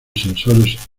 sensores